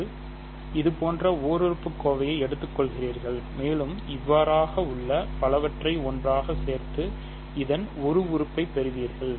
நீங்கள் இதைப் போன்ற ஓர் உறுப்பு கோவையை எடுத்துக்கொள்கிறீர்கள் மேலும் இவ்வாறாக உள்ள பலவற்றை ஒன்றாகச் சேர்த்து இதன் ஒரு உறுப்பைப் பெறுவீர்கள்